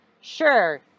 sure